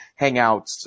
hangouts